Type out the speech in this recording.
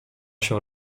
się